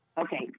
Okay